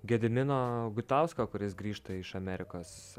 gedimino gutausko kuris grįžta iš amerikos